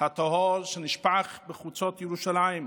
הטהור שנשפך בחוצות ירושלים,